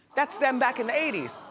that's them back in the eighty s.